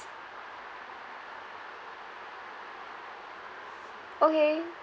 okay